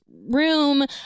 Room